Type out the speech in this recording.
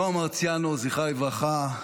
נועה מרציאנו, זכרה לברכה,